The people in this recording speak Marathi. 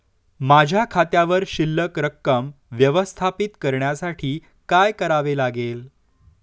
माझ्या खात्यावर शिल्लक रक्कम व्यवस्थापित करण्यासाठी काय करावे लागेल?